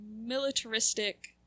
militaristic